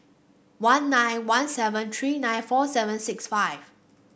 one nine one seven three nine four seven six five